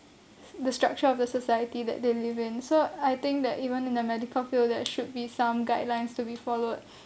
the structure of the society that they live in so I think that even in the medical field there should be some guidelines to be followed